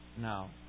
now